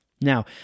now